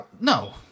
No